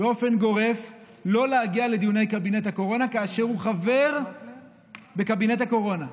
לא להגיע באופן גורף לדיוני קבינט הקורונה כאשר הוא חבר בקבינט הקורונה,